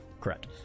correct